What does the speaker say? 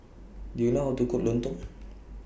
Do YOU know How to Cook Lontong